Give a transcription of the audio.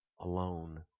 alone